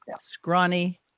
Scrawny